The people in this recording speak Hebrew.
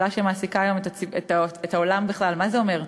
היא שאלה שמעסיקה היום את העולם בכלל: מה זה אומר?